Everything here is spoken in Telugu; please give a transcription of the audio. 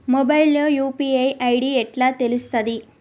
మొబైల్ లో యూ.పీ.ఐ ఐ.డి ఎట్లా తెలుస్తది?